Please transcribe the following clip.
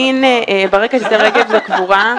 בתי עלמין ברקת ותל רגב הם לקבורה יהודית.